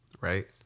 right